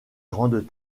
grandes